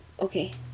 Okay